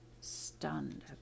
stunned